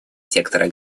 сектора